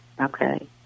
Okay